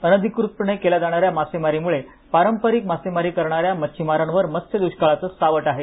अनधिकृतपणे केल्या जाणाऱ्या मासेमारीमुळे पारंपरिक मासेमारी करणाऱ्या मच्छिमारांवर मत्स्यदृष्काळाचं सावट आहे